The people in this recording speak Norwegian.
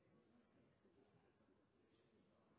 sin